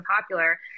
popular